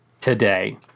today